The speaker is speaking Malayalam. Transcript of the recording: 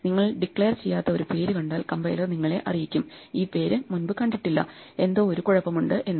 നിങ്ങൾ ഡിക്ലയർ ചെയ്യാത്ത ഒരു പേര് കണ്ടാൽ കമ്പൈലർ നിങ്ങളെ അറിയിക്കും ഈ പേര് മുൻപ് കണ്ടിട്ടില്ല എന്തോ ഒരു ഒരു കുഴപ്പമുണ്ട് എന്ന്